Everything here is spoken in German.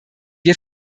wir